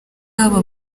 aba